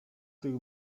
tych